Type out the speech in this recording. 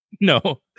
No